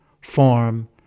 form